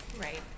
Right